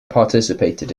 participated